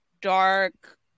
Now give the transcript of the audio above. dark